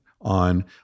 on